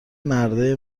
مردای